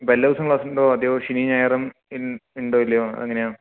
അപ്പം എല്ലാ ദിവസവും ക്ലാസൊണ്ടോ അതെയോ ശനിയും ഞായറും ഉണ്ടോ ഇല്ലയോ എങ്ങനെയാണ്